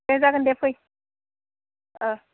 दे जागोन दे फै